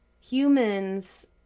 humans